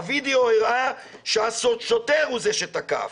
הווידאו הראה שהשוטר הוא זה שתקף.